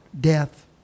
death